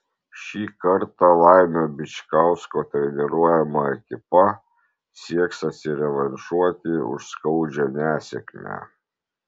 šį kartą laimio bičkausko treniruojama ekipa sieks atsirevanšuoti už skaudžią nesėkmę